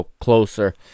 closer